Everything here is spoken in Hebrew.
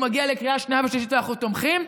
הוא מגיע לקריאה שנייה ושלישית ואנחנו תומכים,